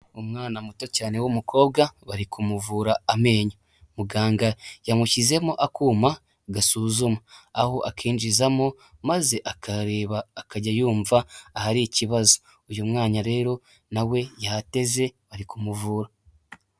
Umwana muto cyane w'umukobwa bari kumuvura amenyo, muganga yamushyizemo akuma gasuzuma, aho akinjizamo maze akareba akajya yumva ahari ikibazo, uyu mwanya rero nawe yateze bari kumuvura.